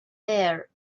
there